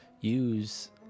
use